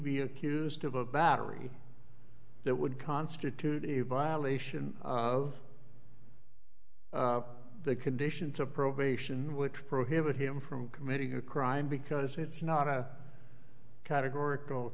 be accused of a battery that would constitute a violation of the conditions of probation which prohibit him from committing a crime because it's not